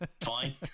Fine